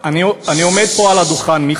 אני עומד פה על הדוכן, מיקי.